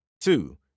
Two